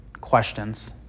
questions